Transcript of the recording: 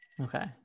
Okay